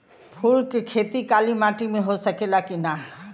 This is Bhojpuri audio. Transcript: फूल के खेती काली माटी में हो सकेला की ना?